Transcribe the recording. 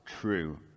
true